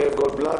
זאב גולדבלט,